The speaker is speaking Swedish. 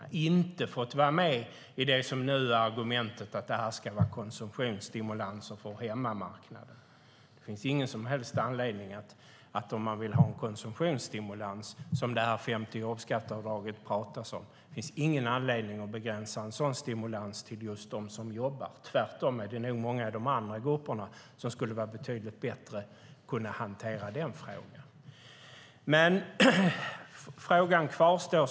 De har inte fått vara med i argumentet att det ska vara konsumtionsstimulanser för hemmamarknaden. Det finns dock ingen som helst anledning att begränsa den konsumtionsstimulans som det femte jobbskatteavdraget sägs vara till dem som jobbar. Tvärtom är det nog många i de andra grupperna som skulle kunna hantera den frågan betydligt bättre. Frågan kvarstår.